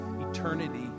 eternity